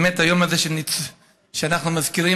האמת היא שהיום הזה שאנחנו מזכירים